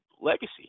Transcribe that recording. legacy